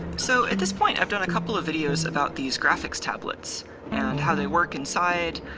so at this point i've done a couple of videos about these graphics tablets and how they work inside,